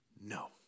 No